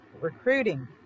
recruiting